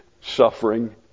suffering